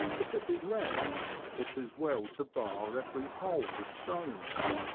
if it be left it is well to bar every hole with stones,